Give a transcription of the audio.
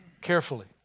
carefully